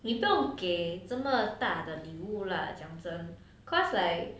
你不用给这么大的礼物 lah 讲真 cause like